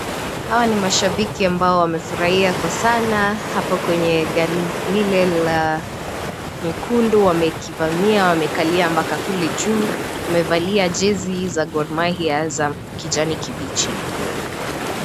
Hao ni mashibiki ambao wamefurahia kwa sana hapo kwenye gari ile la nyekundu wamekivamia wamekalia mpaka kule juu. Wamevalia jezi za Gor Mahia za kijani kibichi.